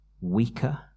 Weaker